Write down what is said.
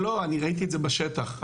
ראיתי בשטח,